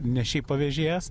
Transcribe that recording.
ne šiaip pavežėjas